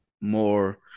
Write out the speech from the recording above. more